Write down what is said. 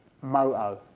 Moto